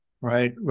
right